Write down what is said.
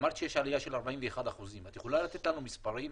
אמרת שיש עלייה של 41%. את יכולה לתת לנו מספרים?